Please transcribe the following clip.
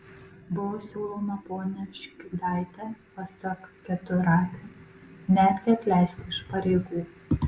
buvo siūloma ponią škiudaitę pasak keturakio netgi atleisti iš pareigų